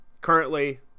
Currently